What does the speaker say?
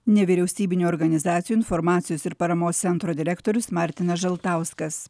nevyriausybinių organizacijų informacijos ir paramos centro direktorius martinas žaltauskas